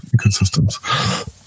ecosystems